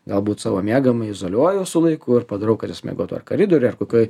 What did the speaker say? galbūt savo miegamąjį izoliuojuo su vaiku ir padarau kad jis miegotų ar karidoriuj ar kokioj